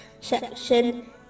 section